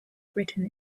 written